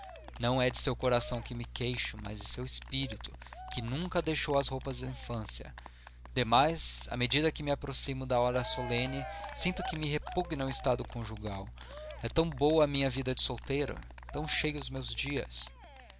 não é de seu coração que me queixo mas de seu espírito que nunca deixou as roupas da infância demais à medida que me aproximo da hora solene sinto que me repugna o estado conjugal é tão boa a minha vida de solteiro tão cheios os meus dias